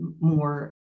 more